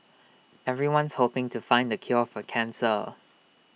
everyone's hoping to find the cure for cancer